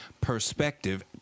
perspective